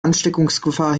ansteckungsgefahr